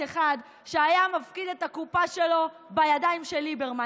אחד שהיה מפקיד את הקופה שלו בידיים של ליברמן.